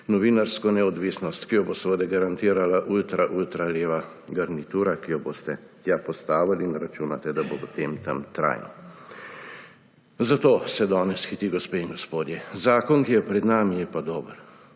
novinarsko neodvisnost. Ki jo bo seveda garantirala ultra ultra leva garnitura, ki jo boste tja postavili in računate, da bo potem tam trajno. Zato se danes hiti, gospe in gospodje. Zakon, ki je pred nami, je pa dober